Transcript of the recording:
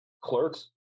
Clerks